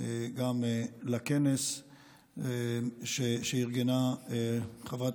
גם לכנס שארגנה חברת